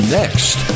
next